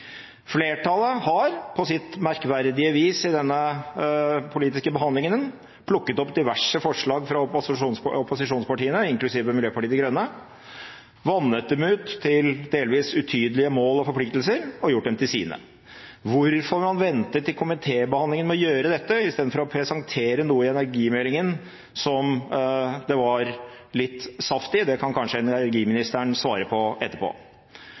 Flertallet har, på sitt merkverdige vis i denne politiske behandlingen, plukket opp diverse forslag fra opposisjonspartiene, inklusive Miljøpartiet De Grønne, vannet dem ut til delvis utydelige mål og forpliktelser og gjort dem til sine. Hvorfor man venter til komitébehandlingen med å gjøre dette i stedet for å presentere noe i energimeldingen som det var litt saft i, kan kanskje energiministeren svare på etterpå.